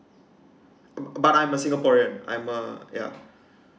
but I'm a singaporean I'm a ya